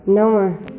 नव